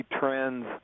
trends